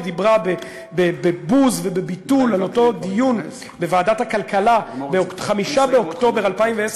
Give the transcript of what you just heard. היא דיברה בבוז ובביטול על אותו דיון בוועדת הכלכלה ב-5 באוקטובר 2010,